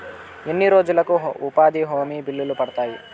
ఎన్ని రోజులకు ఉపాధి హామీ బిల్లులు పడతాయి?